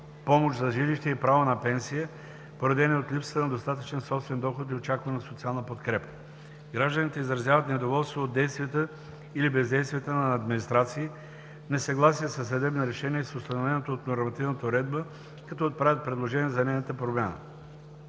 помощ за жилище и право на пенсия, породени от липса на достатъчен собствен доход и очаквана социална подкрепа. Гражданите изразяват недоволство от действията или бездействията на администрации, несъгласие със съдебни решения и с установеното от нормативната уредба, като отправят предложения за нейната промяна.